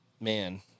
Man